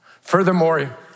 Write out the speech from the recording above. Furthermore